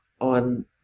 on